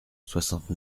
soixante